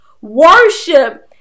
Worship